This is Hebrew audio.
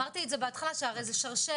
אמרתי את זה בהתחלה שהרי זה שרשרת.